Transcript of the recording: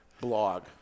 blog